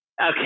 okay